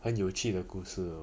很有趣的故事